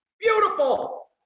Beautiful